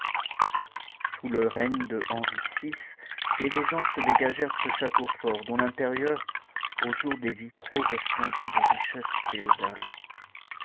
sous le règne de henri vi des légendes se dégagèrent de ce château fort dont l'intérieur au jour des vitraux resplendit de richesses féodales